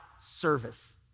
service